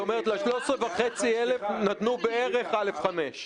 זאת אומרת, ל-13,500 נתנו בערך א/5.